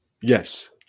Yes